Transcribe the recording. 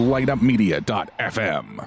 LightUpMedia.fm